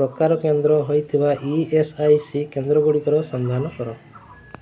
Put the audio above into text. ପ୍ରକାର କେନ୍ଦ୍ର ହୋଇଥିବା ଇ ଏସ୍ ଆଇ ସି କେନ୍ଦ୍ରଗୁଡ଼ିକର ସନ୍ଧାନ କର